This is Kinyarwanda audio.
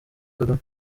kagame